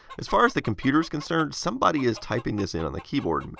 as far as the computer is concerned, somebody is typing this in on the keyboard. and